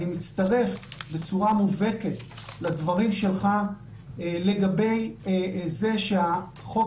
אני מצטרף בצורה מובהקת לדברים שלך לגבי זה שהחוק